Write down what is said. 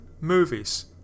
movies